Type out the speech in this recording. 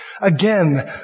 Again